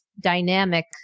dynamic